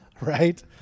right